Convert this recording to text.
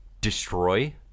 destroy